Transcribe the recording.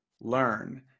learn